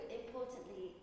importantly